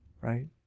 right